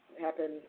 happen